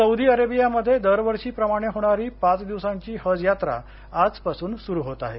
Saudi अरेबियामध्ये दरवर्षिप्रमाणे होणारी पाच दिवसांची हज यात्रा आजपासून सुरू होत आहे